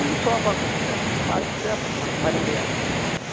sofa கொடுங்க பார்த்துட்டு அப்புறம் நான் மறுபுடியும் ஆர்ட்ரு பண்ணுற